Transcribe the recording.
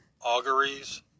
Auguries